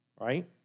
right